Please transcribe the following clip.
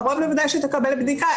וקרוב לוודאי שהיא תקבל בדיקה,